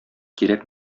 кирәк